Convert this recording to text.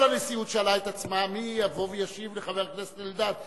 כל הנשיאות שאלה את עצמה מי יבוא וישיב לחבר הכנסת אלדד.